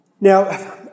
Now